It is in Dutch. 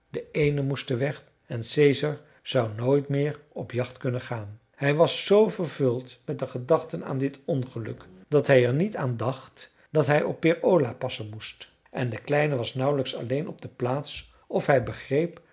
de eenden moesten weg en caesar zou nooit meer op jacht kunnen gaan hij was z vervuld met de gedachten aan dit ongeluk dat hij er niet aan dacht dat hij op peer ola passen moest en de kleine was nauwelijks alleen op de plaats of hij begreep